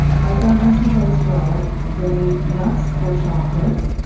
i've gotten them since i was twelve. don't eat nuts or chocolate,